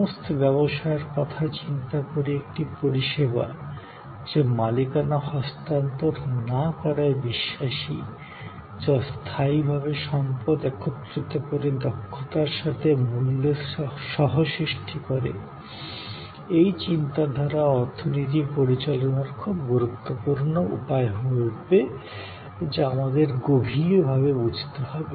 সমস্ত ব্যবসায়ের কথা চিন্তা করে একটি পরিষেবা যা মালিকানা হস্তান্তর না করায় বিশ্বাসী যা অস্থায়ীভাবে সম্পদ একত্রিত করে দক্ষতার সাথে মূল্যের সহ সৃষ্টি করে এই চিন্তাধারা অর্থনীতি পরিচালনার খুব গুরুত্বপূর্ণ উপায় হয় উঠবে যা আমাদের গভীরভাবে বুঝতে হবে